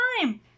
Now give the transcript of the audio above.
time